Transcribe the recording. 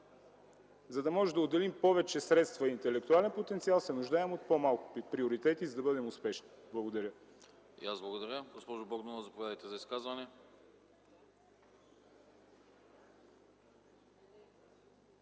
За да можем да отделим повече средства и интелектуален потенциал се нуждаем от по-малко приоритети, за да бъдем успешни. Благодаря. ПРЕДСЕДАТЕЛ АНАСТАС АНАСТАСОВ: И аз благодаря. Госпожо Богданова, заповядайте за изказване.